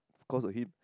cause of him